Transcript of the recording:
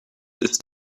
ist